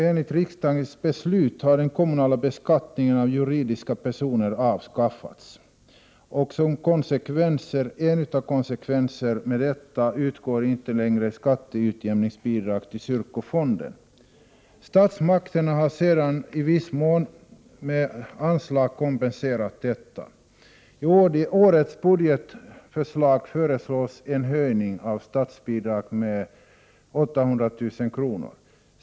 Enligt riksdagens beslut har den kommunala beskattningen av juridiska personer avskaffats. Som en konsekvens av detta utgår inte längre skatteutjämningsbidrag till kyrkofonden. Statsmakterna har sedan i viss mån med anslag kompenserat detta. I årets budgetförslag föreslås en höjning av statsbidraget om 800 000 kr.